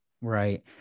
Right